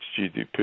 GDP